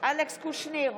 אלכס קושניר,